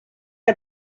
que